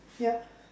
yup